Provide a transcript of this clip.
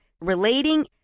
relating